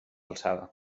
alçada